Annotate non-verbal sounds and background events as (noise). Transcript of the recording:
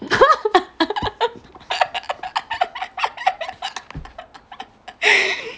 (laughs)